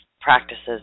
practices